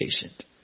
patient